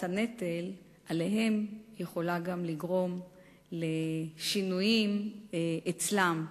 הנטל עליהן יכולה גם לגרום לשינויים אצלן.